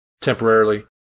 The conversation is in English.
temporarily